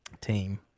team